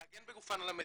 להגן בגופם על המדינה,